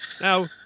Now